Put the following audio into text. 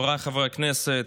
חבריי חברי הכנסת,